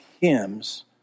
hymns